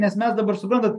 nes mes dabar suprantat